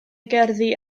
gerddi